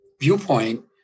viewpoint